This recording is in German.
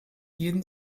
jeden